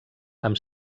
amb